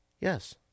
Yes